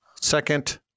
second